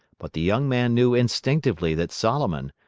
but the young man knew instinctively that solomon,